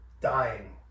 dying